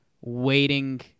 waiting